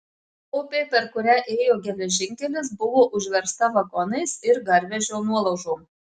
upė per kurią ėjo geležinkelis buvo užversta vagonais ir garvežio nuolaužom